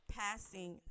passing